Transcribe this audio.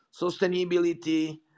sustainability